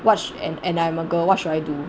what sh~ and and I'm a girl what should I do